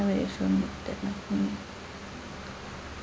where you from